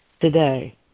today